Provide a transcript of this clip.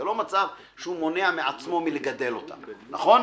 זה לא מצב שהוא מונע מעצמו מלגדל אותה, נכון?